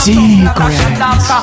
Secrets